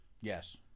Yes